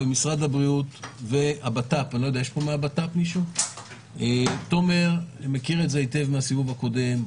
משרד הבריאות והבט"פ תומר מכיר את זה היטב מהסיבוב הקודם,